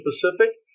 Pacific